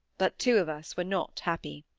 but two of us were not happy.